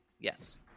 Yes